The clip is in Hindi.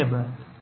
धन्यवाद